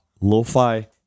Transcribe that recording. Lo-Fi